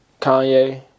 Kanye